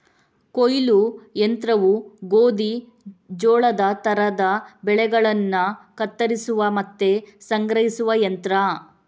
ಕೊಯ್ಲು ಯಂತ್ರವು ಗೋಧಿ, ಜೋಳದ ತರದ ಬೆಳೆಗಳನ್ನ ಕತ್ತರಿಸುವ ಮತ್ತೆ ಸಂಗ್ರಹಿಸುವ ಯಂತ್ರ